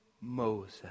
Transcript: Moses